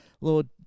Lord